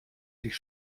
dich